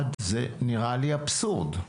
זה נראה לי אבסורד.